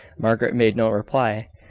margaret made no reply.